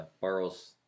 borrows